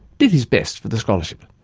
did his best for the scholarship.